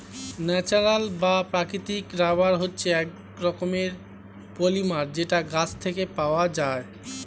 natural বা প্রাকৃতিক rubber হচ্ছে এক রকমের পলিমার যেটা গাছ থেকে পাওয়া যায়